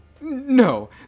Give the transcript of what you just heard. No